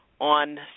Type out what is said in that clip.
on